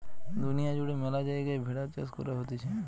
দুনিয়া জুড়ে ম্যালা জায়গায় ভেড়ার চাষ করা হতিছে